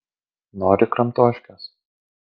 nori kramtoškės